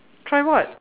try what